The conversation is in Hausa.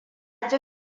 ji